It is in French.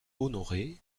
honoré